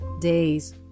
days